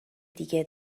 دیگه